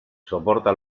soporta